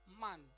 man